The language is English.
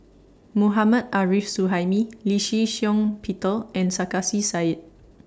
Mohammad Arif Suhaimi Lee Shih Shiong Peter and Sarkasi Said